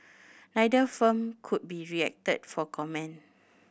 neither firm could be reacted for comment